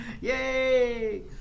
Yay